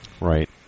Right